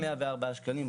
לגבי 104 שקלים,